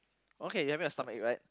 okay you're having a stomachache right